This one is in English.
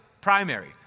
Primary